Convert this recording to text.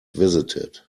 visited